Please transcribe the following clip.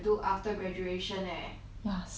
ya same me too oh my god